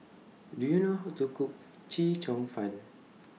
Do YOU know How to Cook Chee Cheong Fun